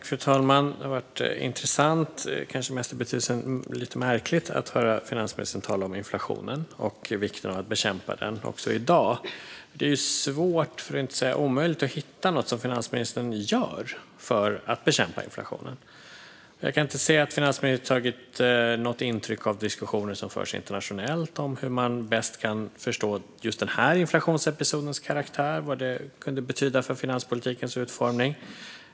Fru talman! Det har varit intressant, kanske mest i betydelsen lite märkligt, att höra finansministern tala om inflationen och vikten av att bekämpa den också i dag. För det är svårt, för att inte säga omöjligt, att hitta något som finansministern gör för att bekämpa inflationen. Jag kan inte se att finansministern tagit något intryck av diskussioner som förs internationellt om hur man bäst kan förstå just den här inflationsepisodens karaktär och vad det kan betyda för finanspolitikens utformning.